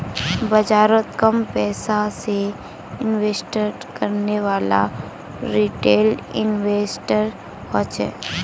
बाजारोत कम पैसा से इन्वेस्ट करनेवाला रिटेल इन्वेस्टर होछे